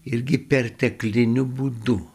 irgi pertekliniu būdu